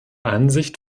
ansicht